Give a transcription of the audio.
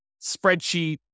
spreadsheet